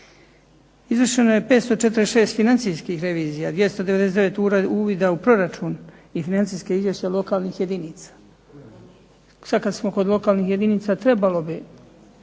Izvršeno je 546 financijskih revizija, 299 uvida u proračun i financijske izvješće lokalnih jedinica. Sada kada smo kod lokalnih jedinica trebalo bi